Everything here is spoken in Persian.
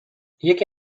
یکی